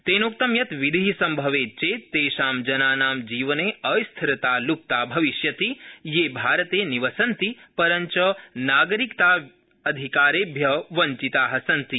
तेनोक्तं यत् विधि सम्भेवत् चेत् तेषां जनानां जीवनेऽस्थिरता लुप्ता भविष्यति ये भारते निवसन्ति परञ्च नागरिकताधिकारेभ्य वञ्चिता सन्ति